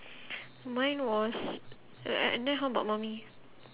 mine was uh and then how about mummy